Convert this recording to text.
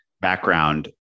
background